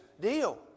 deal